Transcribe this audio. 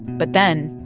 but then.